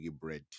bread